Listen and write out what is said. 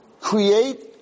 create